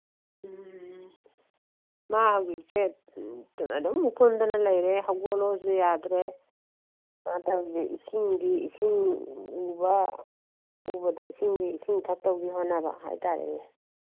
ꯎꯝ ꯃꯥ ꯍꯧꯖꯤꯛꯁꯦ ꯑꯗꯨꯝ ꯀꯨꯟꯗꯅ ꯂꯩꯔꯦ ꯍꯧꯒꯠꯂꯣꯁꯨ ꯌꯥꯗ꯭ꯔꯦ ꯃꯥꯗꯨ ꯍꯧꯖꯤꯛ ꯏꯁꯤꯡꯗꯤ ꯏꯁꯤꯡ ꯎꯕ ꯎꯕꯗ ꯏꯁꯤꯡꯗꯤ ꯏꯁꯤꯡ ꯊꯛꯇꯧꯒꯤ ꯍꯣꯠꯅꯕ ꯍꯥꯏ ꯇꯥꯔꯦꯅꯦ